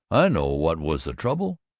i know what was the trouble!